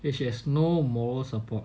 cause she has no moral support